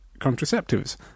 contraceptives